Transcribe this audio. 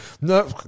no